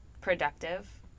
productive